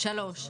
דבר שלישי,